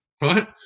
right